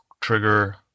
trigger